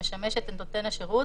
המשמשת את נותן השירות